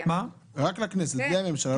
רק לכנסת, בלי הממשלה?